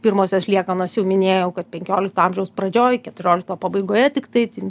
pirmosios liekanos jau minėjau kad penkiolikto amžiaus pradžioj keturiolikto pabaigoje tiktai t